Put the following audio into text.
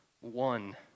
one